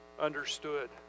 understood